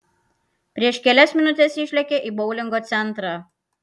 prieš kelias minutes išlėkė į boulingo centrą